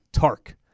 TARK